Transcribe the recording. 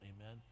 amen